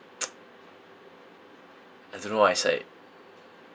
I don't know lah it's like